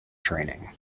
training